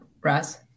Russ